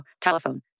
Telephone